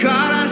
God